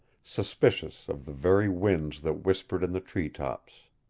suspicious of the very winds that whispered in the treetops.